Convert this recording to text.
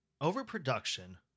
Overproduction